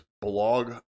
blog